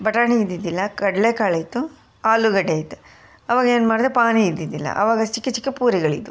ಬಟಾಣಿ ಇದ್ದಿದ್ದಿಲ್ಲ ಕಡ್ಲೆಕಾಳು ಇತ್ತು ಆಲೂಗಡ್ಡೆ ಇತ್ತು ಆವಾಗ ಏನು ಮಾಡಿದೆ ಪಾನಿ ಇದ್ದಿದ್ದಿಲ್ಲ ಆವಾಗ ಚಿಕ್ಕ ಚಿಕ್ಕ ಪೂರಿಗಳು ಇದ್ದವು